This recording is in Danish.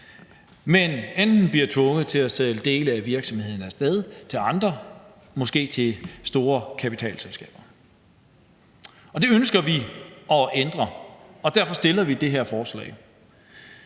men kan blive tvunget til at sælge dele af virksomheden fra til andre, måske til store kapitalselskaber. Det ønsker vi at ændre, og derfor fremsætter vi det her forslag.